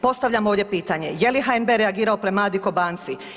Postavljam ovdje pitanje, je li HNB reagirao prema Adikko banci?